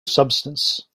substance